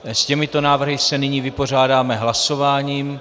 S těmito návrhy se nyní vypořádáme hlasováním.